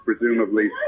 presumably